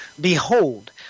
behold